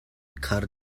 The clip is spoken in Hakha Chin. khar